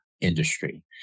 industry